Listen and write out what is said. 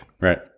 Right